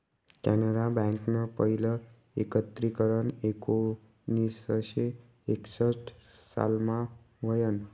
कॅनरा बँकनं पहिलं एकत्रीकरन एकोणीसशे एकसठ सालमा व्हयनं